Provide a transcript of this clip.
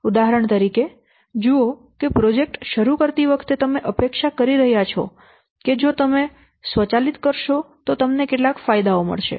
ઉદાહરણ તરીકે જુઓ કે પ્રોજેક્ટ શરૂ કરતી વખતે તમે અપેક્ષા કરી રહ્યાં છો કે જો તમે સ્વચાલિત કરશો તો તમને કેટલાક ફાયદાઓ મળશે